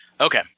Okay